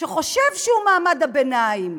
שחושב שהוא מעמד הביניים,